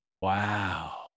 Wow